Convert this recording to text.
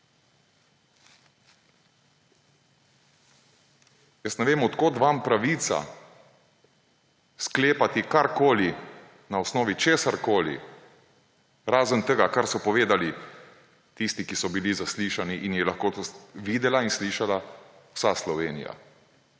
Jaz ne vem, od kod vam pravica sklepati karkoli na osnovi česarkoli, razen tega, kar so povedali tisti, ki so bili zaslišani, in je lahko to videla in slišala vsa Slovenija.